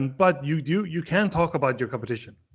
but you do, you can talk about your competition.